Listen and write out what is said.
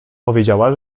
powiedziała